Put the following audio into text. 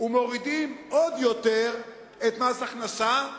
ומורידים עוד יותר את מס הכנסה,